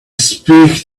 speak